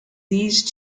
these